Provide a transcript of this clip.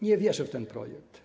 Nie wierzę w ten projekt.